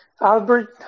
Albert